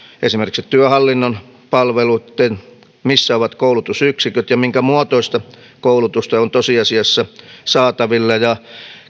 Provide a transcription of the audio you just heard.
esimerkiksi työhallinnon palveluitten missä ovat koulutusyksiköt ja minkä muotoista koulutusta on tosiasiassa saatavilla ja